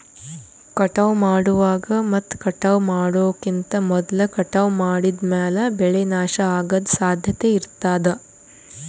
ಕಟಾವ್ ಮಾಡುವಾಗ್ ಮತ್ ಕಟಾವ್ ಮಾಡೋಕಿಂತ್ ಮೊದ್ಲ ಕಟಾವ್ ಮಾಡಿದ್ಮ್ಯಾಲ್ ಬೆಳೆ ನಾಶ ಅಗದ್ ಸಾಧ್ಯತೆ ಇರತಾದ್